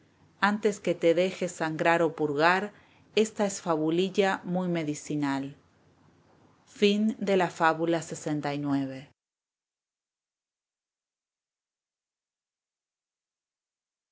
antes que te dejes sangrar o purgar esta es fabulilla muy medicinal fábula lxx